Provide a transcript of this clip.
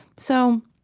so,